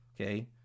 Okay